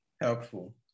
helpful